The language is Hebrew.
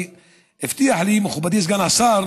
הבטיח לי מכובדי סגן השר